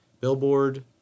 billboard